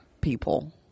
people